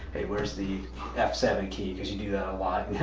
hey where's the f seven key, because you do that a lot.